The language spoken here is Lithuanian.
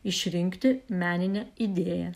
išrinkti meninę idėją